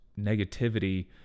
negativity